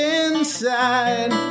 inside